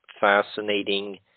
fascinating